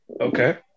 Okay